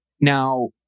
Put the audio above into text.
Now